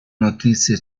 notizie